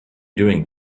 doing